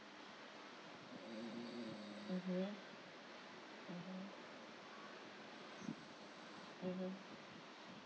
mmhmm mmhmm